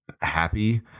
happy